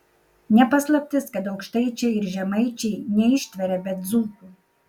ne paslaptis kad aukštaičiai ir žemaičiai neištveria be dzūkų